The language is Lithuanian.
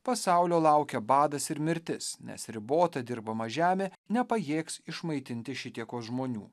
pasaulio laukia badas ir mirtis nes ribota dirbama žemė nepajėgs išmaitinti šitiekos žmonių